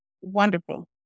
wonderful